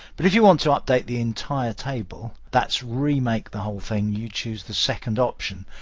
but if you want to update the entire table, that's remake the whole thing you choose the second option.